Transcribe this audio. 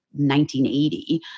1980